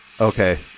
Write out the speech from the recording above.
Okay